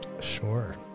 Sure